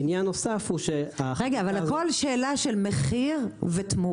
עניין נוסף הוא --- הכול הוא שאלה של מחיר ותמורה.